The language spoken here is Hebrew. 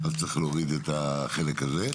אז צריך להוריד את החלק הזה.